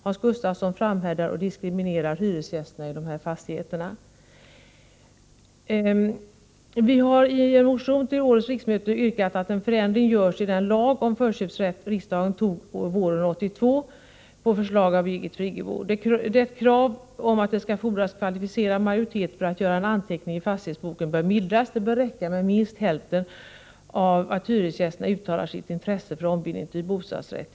Hans Gustafsson framhärdar i att diskriminera hyresgästerna i dessa fastigheter. Vi har i en motion till årets riksmöte yrkat att en förändring görs i den lag om förköpsrätt riksdagen våren 1982 antog på förslag av Birgit Friggebo. Kravet att det skall fordras kvalificerad majoritet för anteckning i fastighetsboken bör mildras, det bör räcka att minst hälften av hyresgästerna uttalar sitt intresse för ombildning till bostadsrätt.